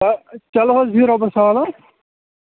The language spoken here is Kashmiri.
چَلو حظ بِہِو رۄبَس حَوال